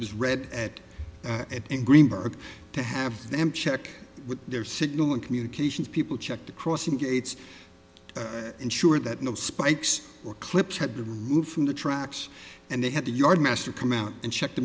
was read at at and greenberg to have them check with their signal and communications people check the crossing gates ensure that no spikes or clips had to remove from the tracks and they had to yardmaster come out and check the